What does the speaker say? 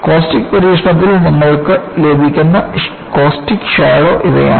caustics പരീക്ഷണത്തിൽ നിങ്ങൾക്ക് ലഭിക്കുന്ന കോസ്റ്റിക് ഷാഡോ ഇവയാണ്